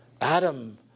Adam